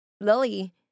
Lily